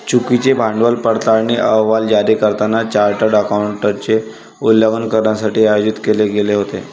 चुकीचे भांडवल पडताळणी अहवाल जारी करताना चार्टर्ड अकाउंटंटचे उल्लंघन करण्यासाठी आयोजित केले गेले होते